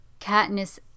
Katniss